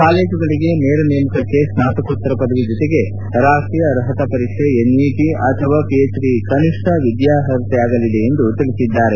ಕಾಲೇಜುಗಳಿಗೆ ನೇರ ನೇಮಕಕ್ಕೆ ಸ್ನಾತಕೋತ್ತರ ಪದವಿ ಜತೆಗೆ ರಾಷ್ಷೀಯ ಅರ್ಹತಾ ಪರೀಕ್ಷೆ ಎನ್ಇಟ ಅಥವಾ ಪಿಎಚ್ಡಿ ಕನಿಷ್ಟ ವಿದ್ಯಾರ್ಹತೆಯಾಗಲಿದೆ ಎಂದು ತಿಳಿಸಿದ್ದಾರೆ